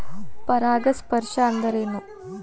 ಪರಾಗಸ್ಪರ್ಶ ಅಂದರೇನು?